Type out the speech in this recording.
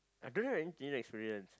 I don't have any tinder experience